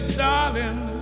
darling